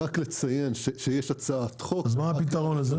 אז מה הפתרון לזה?